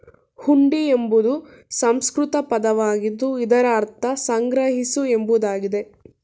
ಹುಂಡಿ ಎಂಬುದು ಸಂಸ್ಕೃತ ಪದವಾಗಿದ್ದು ಇದರ ಅರ್ಥ ಸಂಗ್ರಹಿಸು ಎಂಬುದಾಗಿದೆ